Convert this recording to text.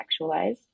sexualized